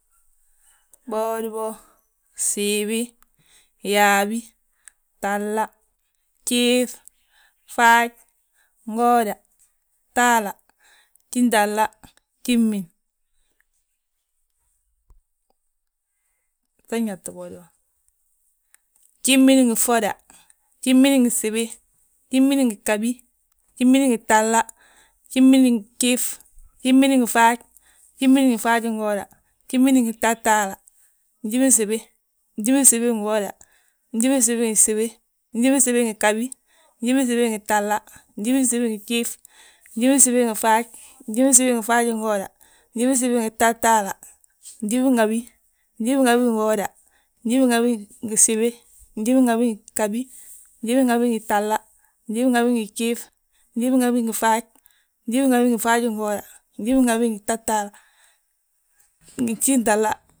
Boodibo, siibi, yaabi, gtahla, gjiif, gfaaj, ngooda, gtahla, gjintahla gjimin, san yalit bwodi bo, gjimin ngi ffoda, gjimin ngi gsibi, gjimin ngi ghabi, gjimin ngi gtahla, gjimin ngi gjiif, gjimin ngi faaj, gjimin ngi faajingooda, gjimin ngi gtahtaala, njiminsibi, njiminsibi ngu uwoda, njiminsibi ngi gsibi, njiminsibi ngi ghabi, njiminsibi ngi gtahla, njiminsibi ngi gjiif, njiminsibi ngi faaj, njiminsibi ngi faajingooda, njiminsibi ngi gtahtaala, ngjiminhabi, njiminhabi ngu uwoda, njiminhabi ngu usibi, njiminhabi ngi ghabi, njiminhabi ngi gtahla, njiminhabi ngi gjiif njiminhabi ngi faaj, njiminhabi ngi faajingooda, njiminhabi ngu gtahtaala, ngi gjintahla.